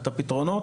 את הפתרונות,